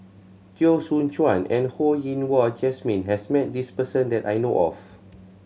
Teo Soon Chuan and Ho Yen Wah Jesmine has met this person that I know of